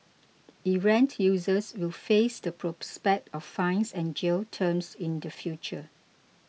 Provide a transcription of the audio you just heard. errant users will face the prospect of fines and jail terms in the future